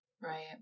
Right